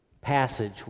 passage